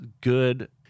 good